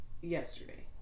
yesterday